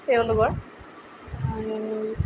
তেওঁলোকৰ